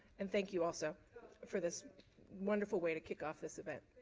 and thank you also for this wonderful way to kick off this event.